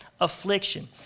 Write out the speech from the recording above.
affliction